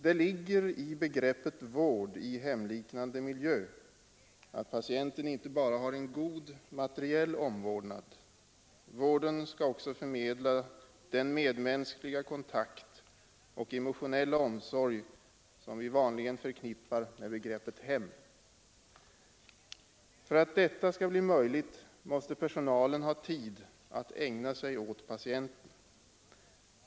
Det ligger i begreppet ”vård i hemliknande miljö” att patienten inte bara skall ha en god materiell omvårdnad. Vården skall också förmedla den medmänskliga kontakt och emotionella omsorg som vi vanligen förknippar med begreppet hem. För att detta skall bli möjligt måste personalen ha tid att ägna sig åt patienten.